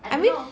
I mean